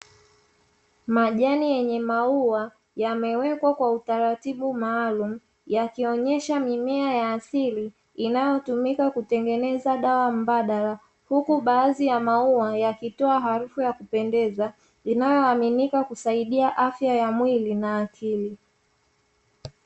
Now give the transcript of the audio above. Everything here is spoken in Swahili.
Majani yenye maua yamewekwa kwa utaratibu maalumu, yakionyesha mimea ya asili inayotumika kutengeneza dawa mbadala. Huku baadhi ya maua yakitoa harufu ya kupendeza, inayoaminika kusaidia afya ya mwili na akili.